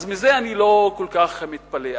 אז על זה אני לא כל כך מתפלא.